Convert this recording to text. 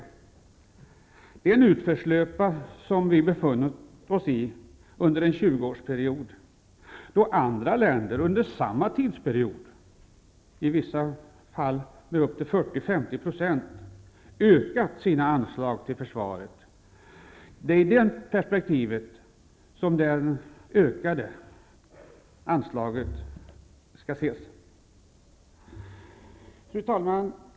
Vi har under en 20-årsperiod befunnit oss i en utförslöpa då andra länder, under samma tidsperiod, ökat sina anslag till försvaret med, i vissa fall, 40--50 %. Det är i det perspektivet som det här ökade anslaget skall ses. Fru talman!